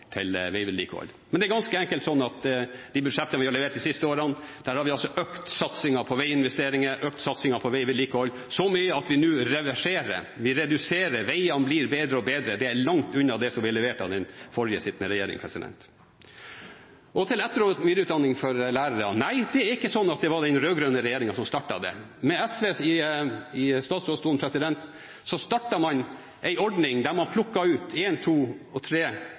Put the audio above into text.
til veivedlikehold. Men det er ganske enkelt sånn at i budsjettene vi har levert de siste årene, har vi altså økt satsingen på veiinvesteringer og økt satsingen på veivedlikehold så mye at vi nå reverserer. Veiene blir bedre og bedre, det er langt unna det som ble levert av den forrige regjeringen. Til etter- og videreutdanning for lærere: Nei, det er ikke sånn at det var den rød-grønne regjeringen som startet det. Med SV i statsrådsstolen startet man en ordning der man plukket ut én, to og tre